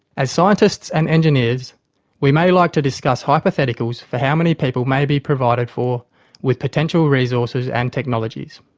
as scientists and engineers we may like to discuss hypotheticals for how many people may be provided for with potential resources and technologies.